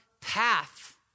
path